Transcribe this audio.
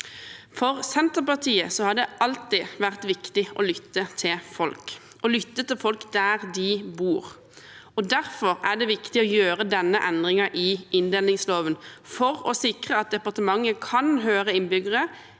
For Senterpartiet har det alltid vært viktig å lytte til folk, å lytte til folk der de bor, og derfor er det viktig å gjøre denne endringen i inndelingsloven for å sikre at departementet kan høre innbyggere